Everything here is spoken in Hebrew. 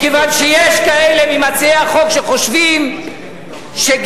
מכיוון שיש כאלה ממציעי החוק שחושבים שגיור